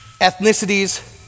ethnicities